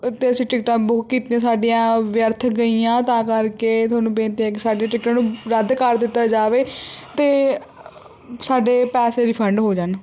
ਅਤੇ ਅਸੀਂ ਟਿਕਟਾਂ ਬੁਕ ਕੀਤੀਆਂ ਸਾਡੀਆਂ ਵਿਅਰਥ ਗਈਆਂ ਤਾਂ ਕਰਕੇ ਤੁਹਾਨੂੰ ਬੇਨਤੀ ਹੈ ਕਿ ਸਾਡੀਆਂ ਟਿਕਟਾਂ ਨੂੰ ਰੱਦ ਕਰ ਦਿੱਤਾ ਜਾਵੇ ਅਤੇ ਸਾਡੇ ਪੈਸੇ ਰਿਫੰਡ ਹੋ ਜਾਣ